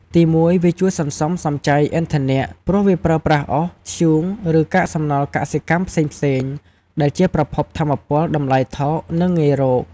ទីមួយ វាជួយសន្សំសំចៃឥន្ធនៈ ព្រោះវាប្រើប្រាស់អុស ធ្យូង ឬកាកសំណល់កសិកម្មផ្សេងៗ ដែលជាប្រភពថាមពលមានតម្លៃថោក និងងាយរក។